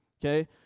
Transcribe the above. okay